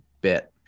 bit